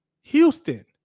Houston